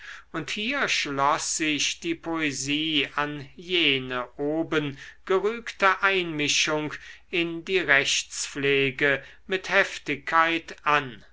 und hier schloß sich die poesie an jene oben gerügte einmischung in die rechtspflege mit heftigkeit an